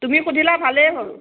তুমি সুধিলা ভালেই হ'ল